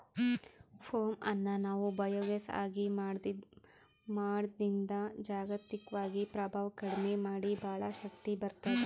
ಪೋಮ್ ಅನ್ನ್ ನಾವ್ ಬಯೋಗ್ಯಾಸ್ ಆಗಿ ಮಾಡದ್ರಿನ್ದ್ ಜಾಗತಿಕ್ವಾಗಿ ಪ್ರಭಾವ್ ಕಡಿಮಿ ಮಾಡಿ ಭಾಳ್ ಶಕ್ತಿ ಬರ್ತ್ತದ